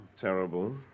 Terrible